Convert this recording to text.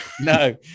no